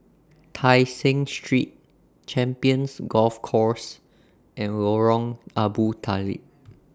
Tai Seng Street Champions Golf Course and Lorong Abu Talib